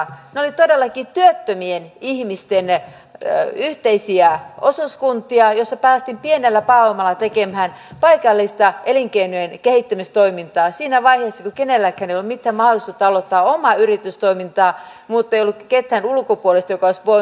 ne olivat todellakin työttömien ihmisten yhteisiä osuuskuntia joissa päästiin pienellä pääomalla tekemään paikallista elinkeinojen kehittämistoimintaa siinä vaiheessa kun kenelläkään ei ollut mitään mahdollisuutta aloittaa omaa yritystoimintaa eikä ollut ketään ulkopuolista joka olisi voinut olla työnantajana